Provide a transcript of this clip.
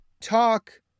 talk